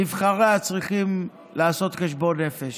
נבחריה צריכים לעשות חשבון נפש,